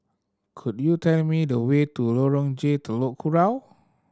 could you tell me the way to Lorong J Telok Kurau